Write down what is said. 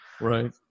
Right